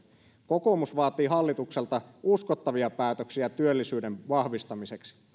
kokoomus vaatii hallitukselta uskottavia päätöksiä työllisyyden vahvistamiseksi